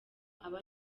aba